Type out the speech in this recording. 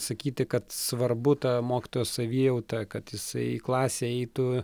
sakyti kad svarbu ta mokytojo savijauta kad jisai į klasę eitų